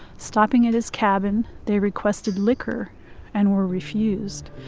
stopping at his cabin, they requested liquor and were refused.